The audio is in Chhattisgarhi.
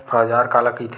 औजार काला कइथे?